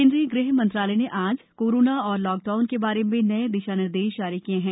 केंद्रीय गृह मंत्रालय ने आज कोरोना और लॉकडाउन के बारे में नये दिशा निर्देश जारी किए हैं